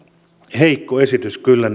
heikko esitys kyllä